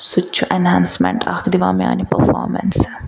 سُہ تہِ چھُ ایٚنہانسمٮ۪نٛٹ اکھ دِوان میٛانہِ پرفامنسہِ